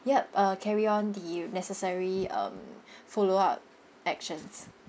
yup uh carry on the necessary um follow up actions